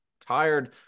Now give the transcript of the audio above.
tired